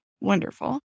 wonderful